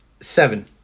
Seven